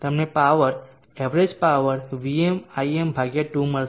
તમને power average power VmIm2 મળશે